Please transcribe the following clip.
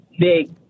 big